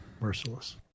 Merciless